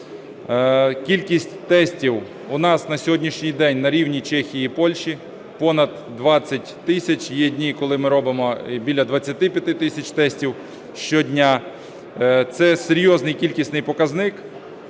Кількість тестів у нас на сьогоднішній день на рівні Чехії і Польщі – понад 20 тисяч. Є дні коли ми робимо біля 25 тисяч тестів щодня. Це серйозний кількісний показник.